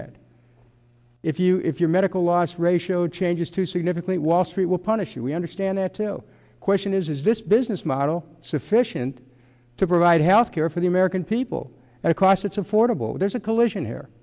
that if you if your medical loss ratio changes to significant wall street will punish you we understand that two question is is this business model sufficient to provide health care for the american people at a cost that's affordable there's a collision here